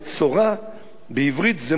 בעברית זה מוציא רע.